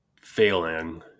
failing